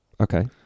Okay